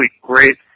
great